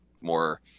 more